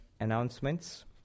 announcements